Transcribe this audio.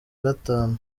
gatanu